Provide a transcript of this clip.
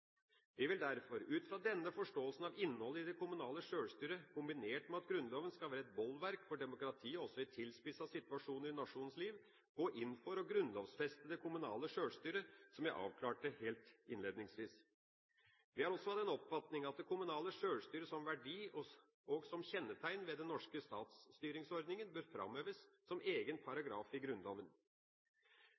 Vi vil derfor – ut ifra denne forståelsen av innholdet i det kommunale sjølstyret, kombinert med at Grunnloven skal være et bolverk for demokratiet, også i tilspissede situasjoner i nasjonens liv – gå inn for å grunnlovfeste det kommunale sjølstyret, som jeg avklarte helt innledningsvis. Vi er også av den oppfatning at det kommunale sjølstyret som verdi og som kjennetegn ved den norske statsstyringsordningen bør framheves som egen paragraf i Grunnloven.